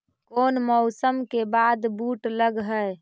कोन मौसम के बाद बुट लग है?